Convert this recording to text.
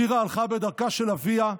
שירה הלכה בדרכה של אביה,